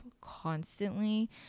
constantly